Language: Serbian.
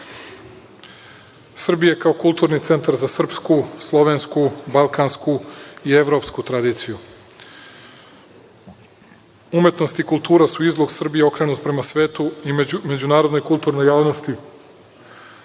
kao kulturni centar za srpsku, slovensku, balkansku i evropsku tradiciju. Umetnost i kultura su izlog Srbije okrenut prema svetu i međunarodnoj kulturnoj javnosti.